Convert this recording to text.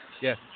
Yes